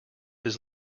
his